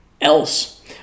else